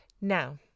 Now